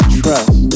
trust